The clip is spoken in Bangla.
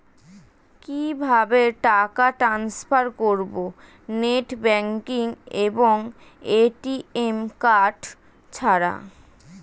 কিভাবে টাকা টান্সফার করব নেট ব্যাংকিং এবং এ.টি.এম কার্ড ছাড়া?